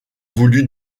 voulu